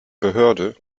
behörde